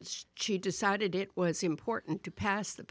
its chief decided it was important to pass the